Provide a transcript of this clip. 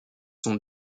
sont